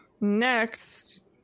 Next